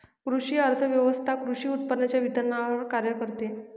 कृषी अर्थव्यवस्वथा कृषी उत्पादनांच्या वितरणावर कार्य करते